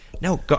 No